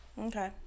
Okay